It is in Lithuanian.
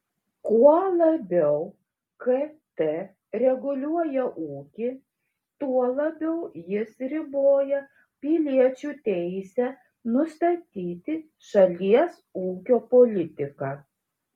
kuo labiau kt reguliuoja ūkį tuo labiau jis riboja piliečių teisę nustatyti šalies ūkio politiką